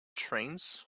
trains